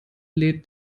lädt